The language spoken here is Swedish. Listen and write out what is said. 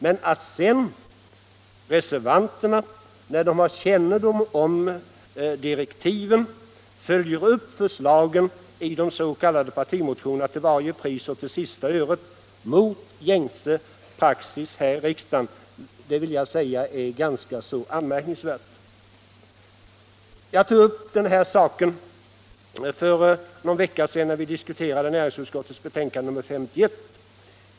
Men att sedan reservanterna, när de har kännedom om direktiven, följer upp förslagen i de s.k. partimotionerna till varje pris och till sista öret, mot gängse praxis här i riksdagen, vill jag säga är ganska anmärkningsvärt. Jag tog upp den här saken för någon vecka sedan när vi diskuterade näringsutskottets betänkande nr 51.